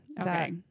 Okay